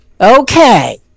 Okay